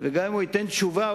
וגם אם הוא ייתן תשובה,